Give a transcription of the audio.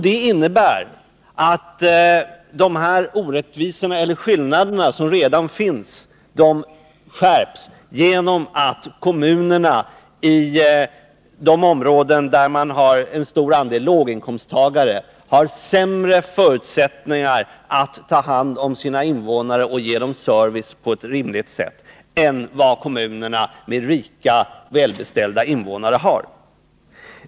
De 105 skillnader som redan finns skärps genom att kommunerna i områden med stor andel låginkomsttagare har sämre förutsättningar att ta hand om sina invånare och ge dem service på ett rimligt sätt än vad kommuner med rika och välbeställda invånare har.